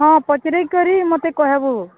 ହଁ ପଚାରି କରି ମୋତେ କହେବୁ